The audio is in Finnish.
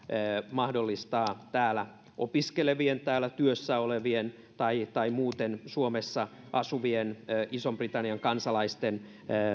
mahdollistaa täällä opiskelevien täällä työssä olevien tai tai muuten suomessa asuvien ison britannian kansalaisten